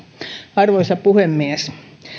arvoisa puhemies